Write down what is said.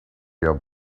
your